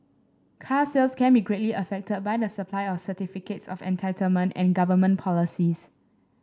car sales can be greatly affected by the supply of certificates of entitlement and government policies